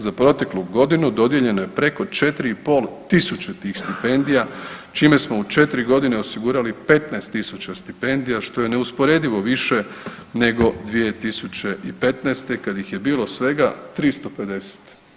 Za proteklu godinu, dodijeljeno je preko 4,5 tisuće tih stipendija, čime smo u 4 godine osigurali 15 tisuća stipendija, što je neusporedivo više nego 2015., kad ih je bilo svega 350.